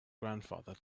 grandfather